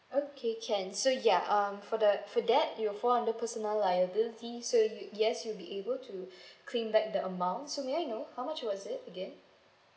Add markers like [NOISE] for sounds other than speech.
okay can so ya um for the for that it'll fall under personal liability so you yes you'll be able to [BREATH] claim back the amount so may I know how much was it again